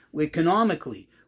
economically